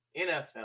NFL